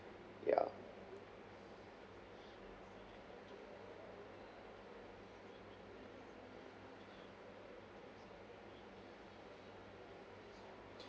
ya